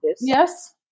Yes